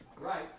Right